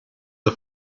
the